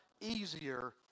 easier